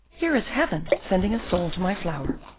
here is heaven sending a soul to my flower.